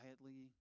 quietly